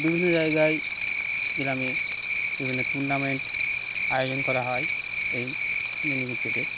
বিভিন্ন জায়গায় গ্রামে বিভিন্ন টুর্নামেন্ট আয়োজন করা হয় এই মিনি ক্রিকেটের